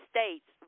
States